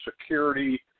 security